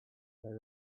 the